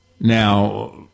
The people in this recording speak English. Now